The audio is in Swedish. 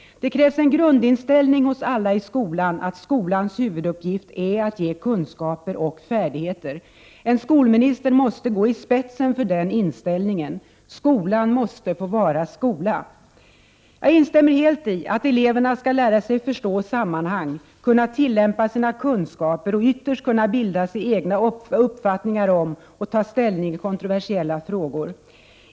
Det krävs en grundinställning hos alla i skolan att skolans huvuduppgift är att ge kunskaper och färdigheter. En skolminister måste gå i spetsen för den inställningen! Skolan måste få vara skola! Jag instämmer helt i att eleverna skall lära sig förstå sammanhang, kunna tillämpa sina kunskaper och ytterst kunna bilda sig egna uppfattningar om och ta ställning i kontroversiella frågor.